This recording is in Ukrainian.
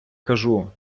кажу